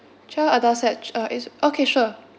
twelve adults set c~ uh ei~ okay sure